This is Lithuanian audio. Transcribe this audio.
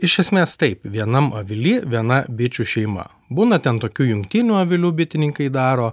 iš esmės taip vienam avily viena bičių šeima būna ten tokių jungtinių avilių bitininkai daro